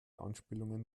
anspielungen